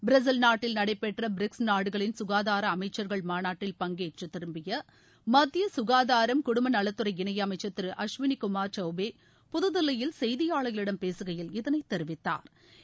Brazil நாட்டில் நடைபெற்ற BRICS நாடுகளின் சுகாதார அமைச்சர்கள் மாநாட்டில் பங்கேற்று திரும்பிய மத்திய குகாதாரம் குடும்ப நலத்துறை இணையமைச்சர் திரு அஸ்வினி குமார் சகவ்பே புதுதில்லியில் செய்தியாளர்களிடம் பேசுகையில் இதனை தெரிவித்தாா்